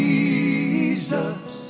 Jesus